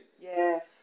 Yes